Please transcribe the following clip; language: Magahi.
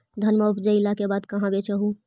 धनमा उपजाईला के बाद कहाँ बेच हू?